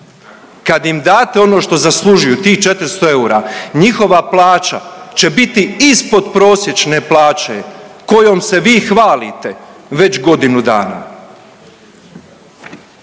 kad im date ono što zaslužuju tih 400 eura njihova plaća će biti ispod prosječne plaće kojom se vi hvalite već godinu dana.